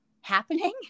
happening